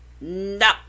No